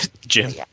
Jim